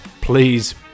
Please